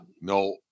no